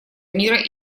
мира